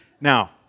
Now